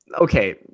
okay